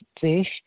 fish